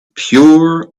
pure